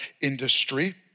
industry